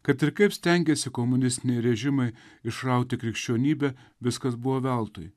kad ir kaip stengėsi komunistiniai režimai išrauti krikščionybę viskas buvo veltui